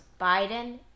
biden